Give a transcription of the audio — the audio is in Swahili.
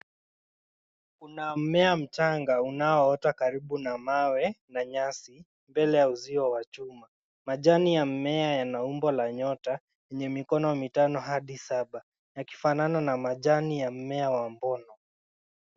Kuna mimea mchanga unaoota karibu na mawe na nyasi, mbele ya uzio wa chuma. Majani ya mimea yana umbo la nyota, yenye mikono mitano hadi saba. Yakifana na majani ya mmea wa mbono.